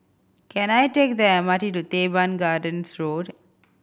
can I take the M R T to Teban Gardens Road